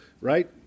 right